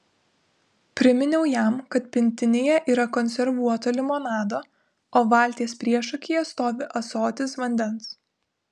priminiau jam kad pintinėje yra konservuoto limonado o valties priešakyje stovi ąsotis vandens